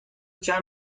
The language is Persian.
چند